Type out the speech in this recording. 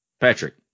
patrick